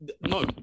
No